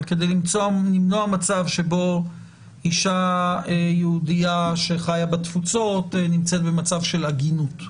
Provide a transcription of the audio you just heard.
אבל כדי למנוע מצב שבו אישה יהודייה שחיה בתפוצות נמצאת במצב של עגינות.